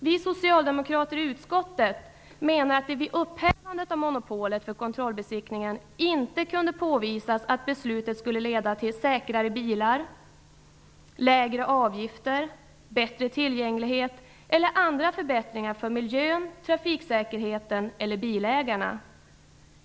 Vi socialdemokrater i utskottet menar att det vid upphävandet av monopolet för kontrollbesiktningen inte kunde påvisas att beslutet skulle leda till säkrare bilar, lägre avgifter, bättre tillgänglighet eller andra förbättringar för miljön, trafiksäkerheten eller bilägarna.